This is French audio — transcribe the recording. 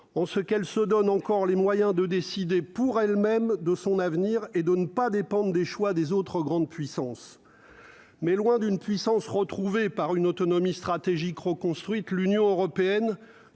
on se qu'elle se donne encore les moyens de décider pour elles-mêmes, de son avenir et de ne pas dépendre des choix des autres grandes puissances mais loin d'une puissance retrouvée par une autonomie stratégique reconstruite, l'Union européenne